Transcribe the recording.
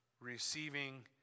receiving